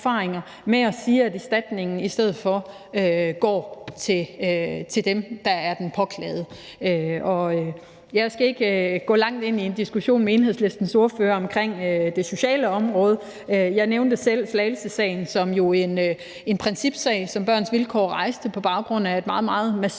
ved at sige, at erstatningen i stedet for går til dem, der har påklaget det. Kl. 13:48 Jeg skal ikke gå langt ind i en diskussion med Enhedslistens ordfører omkring det sociale område. Jeg nævnte selv Slagelsesagen som en principsag, som Børns Vilkår rejste på baggrund af et meget, meget